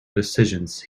decisions